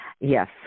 yes